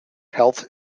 health